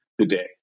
today